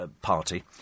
Party